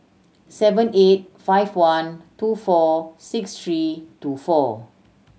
seven eight five one two four six three two four